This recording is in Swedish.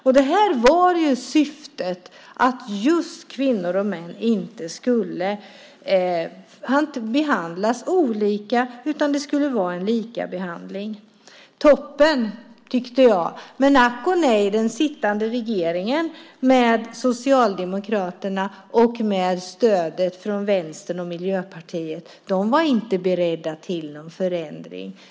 Och här var syftet att just kvinnor och män inte skulle behandlas olika, utan det skulle vara en likabehandling. Toppen, tyckte jag! Men, ack och nej, den sittande regeringen med Socialdemokraterna, som hade stöd av Vänstern och Miljöpartiet, var inte beredd till en förändring.